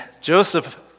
Joseph